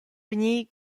vegnir